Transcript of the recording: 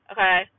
Okay